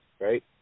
right